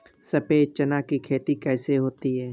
सफेद चना की खेती कैसे होती है?